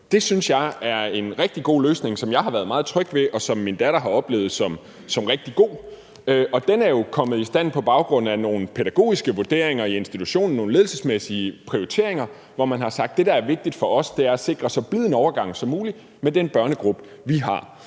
– synes jeg er en rigtig god løsning, som jeg har været meget tryg ved, og som min datter har oplevet som rigtig god. Og den er jo kommet i stand på baggrund af nogle pædagogiske vurderinger i institutionen, nogle ledelsesmæssige prioriteringer, hvor man har sagt: Det, der er vigtigt for os, er at sikre så blid en overgang som muligt med den børnegruppe, vi har.